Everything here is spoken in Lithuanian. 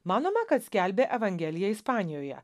manoma kad skelbė evangeliją ispanijoje